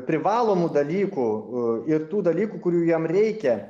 privalomų dalykų ir tų dalykų kurių jam reikia